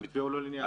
המתווה לא לינארי.